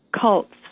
cults